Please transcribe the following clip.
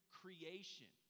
creation